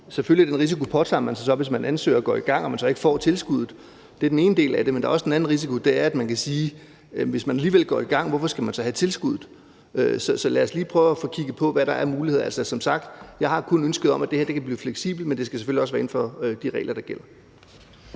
tilskuddet – den risiko påtager man sig selvfølgelig så, hvis man ansøger og går i gang og man så ikke får tilskuddet. Det er den ene del af det. Men der er også en anden risiko, og det er, at man kan spørge: Hvis man alligevel går i gang, hvorfor skal man så have tilskuddet? Så lad os lige prøve at få kigget på, hvad der er af muligheder. Som sagt har jeg kun ønsket om, at det her kan blive fleksibelt, men det skal selvfølgelig også være inden for de regler, der gælder.